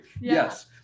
Yes